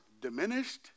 diminished